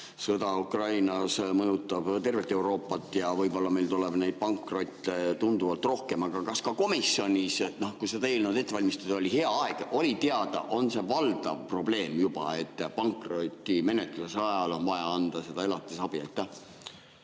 sõda Ukrainas mõjutab tervet Euroopat ja võib-olla meil tuleb neid pankrotte tunduvalt rohkem. Aga kas ka komisjonis seda eelnõu ette valmistades, kui oli hea aeg, oli teada, on see juba valdav probleem, et pankrotimenetluse ajal on vaja anda elatisabi?